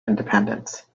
independence